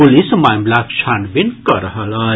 police मामिलाक छानबीन कऽ रहल अछि